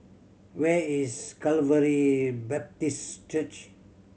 where is Calvary Baptist Church